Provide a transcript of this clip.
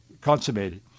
consummated